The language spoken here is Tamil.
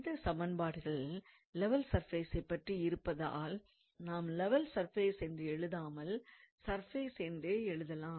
இந்த சமன்பாடுகள் லெவல் சர்ஃபேசைப் பற்றி இருப்பதால் நாம் லெவல் சர்பேஸ் என்று எழுதாமல் சர்ஃபேஸ் என்றே எழுதலாம்